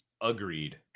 Agreed